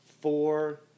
Four